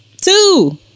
Two